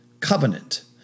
Covenant